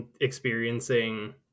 experiencing